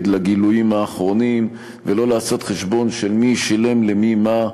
לגילויים האחרונים ולא לעשות חשבון של מי שילם למי מה,